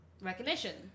recognition